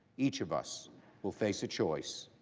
each of us will face a choice,